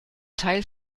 teil